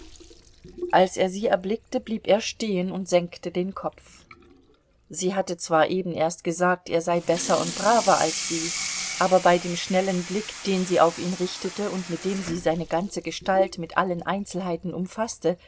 als er sie erblickte blieb er stehen und senkte den kopf sie hatte zwar eben erst gesagt er sei besser und braver als sie aber bei dem schnellen blick den sie auf ihn richtete und mit dem sie seine ganze gestalt mit allen einzelheiten umfaßte